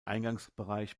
eingangsbereich